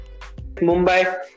Mumbai